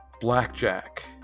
Blackjack